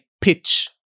pitch